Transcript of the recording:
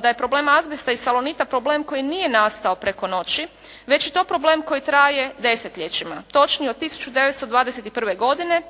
da je problem azbesta i "Salonita" problem koji nije nastao preko noći, već je to problem koji traje desetljećima, točnije od 1921. godine